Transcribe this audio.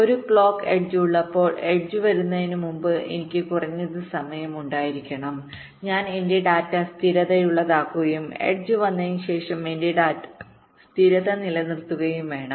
ഒരു clock edge ഉള്ളപ്പോൾ edge വരുന്നതിന് മുമ്പ് എനിക്ക് കുറഞ്ഞത് സമയം ഉണ്ടായിരിക്കണം ഞാൻ എന്റെ ഡാറ്റ സ്ഥിരതയുള്ളതാക്കുകയും എഡ്ജ് വന്നതിന് ശേഷം എന്റെ ഡാറ്റ സ്ഥിരത നിലനിർത്തുകയും വേണം